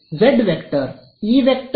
ಆದ್ದರಿಂದ ಇದು z